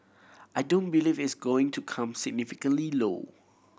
I don't believe it's going to come significantly low